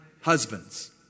husbands